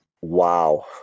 Wow